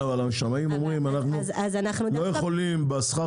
אבל השמאים אומרים שהם לא יכולים בשכר